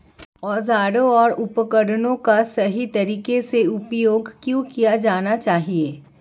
औजारों और उपकरणों का सही तरीके से उपयोग क्यों किया जाना चाहिए?